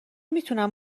میتونم